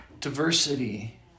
diversity